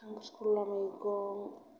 खांख्रिखला मैगं